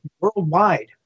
worldwide